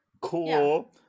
Cool